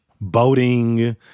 boating